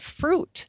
fruit